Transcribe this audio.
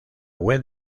web